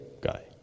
guy